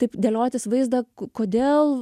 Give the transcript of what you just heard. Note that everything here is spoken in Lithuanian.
taip dėliotis vaizdą kodėl